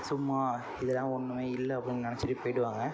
சும்மா இதெல்லாம் ஒன்றுமே இல்லை அப்படின்னு நினச்சிட்டு போய்டுவாங்க